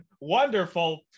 wonderful